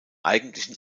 eigentlichen